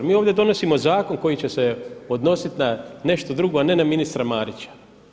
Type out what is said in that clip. Mi ovdje donosimo zakon koji će se odnositi na nešto drugo a ne na ministra Marića.